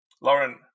Lauren